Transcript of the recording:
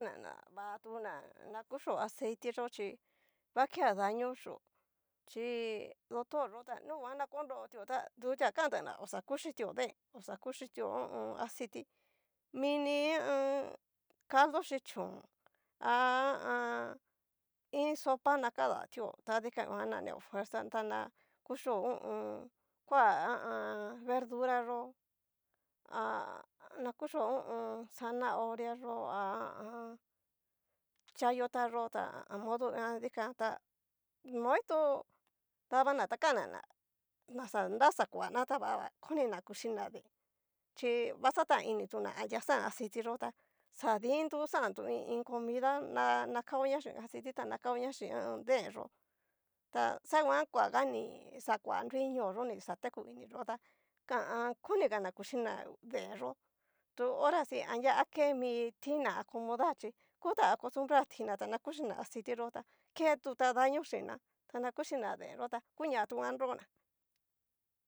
Katuna na va tu na kuchio aceite yó xhi va ke a daño xhió, chí doctor yó ta nunguan na konrotio tá dutua kantá na oxa kuchitio keen, oxa kuchitio ho o on. aciti, mini ho o on. caldo xhi chón, ha ha a an. iin sopa na kadaotio ta dikuan nguan na neo fuerza tana kuxhío ho o on. kuá verdura yó, ha nakuxhio ho o on. zanahoria yo'o ha a an. chayota yo'o ta modo nguan dikan tá noi tu nadana tá kanná ná naxanra xakuana tavava konina kuchina deen, chí vaxataninituna a nria xan aciti yo'o tá xadiin tu xan tu i iin comida na na kaoña chín aciti ta na kaoña chin ha a an. deenyo'o ta xa nguan koaga ni xakua nrui ñoo yo'o ni xa teku iniyó tá ha a an. konigana na kuchina deen yó tu horasi anria a que mi tináa acodar chí kutan acostumbrar tináa ta na kuchina aciti yó ta ketuta daño xhina ta na kuxhina deen yó ta u'ña anrona.